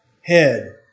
head